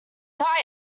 tight